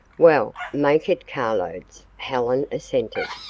well, make it carloads, helen assented.